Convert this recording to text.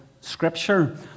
Scripture